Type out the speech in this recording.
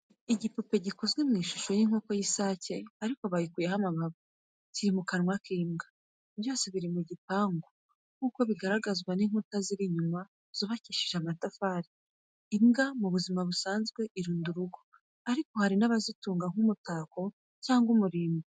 Igipupe gikoze mu ishusho y’inkoko y’isake ariko bayikuyeho amababa, kiri mu kanwa k’imbwa. Byose biri mu gipangu nk’uko bigaragazwa n’inkuta ziri inyuma zubakishije amatafari. Imbwa mu buzima busanzwe irinda urugo ariko hari n’abazitunga nk’umutako cyangwa umurimbo.